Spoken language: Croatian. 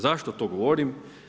Zašto to govorim?